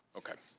okay.